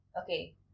Okay